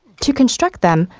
to construct them,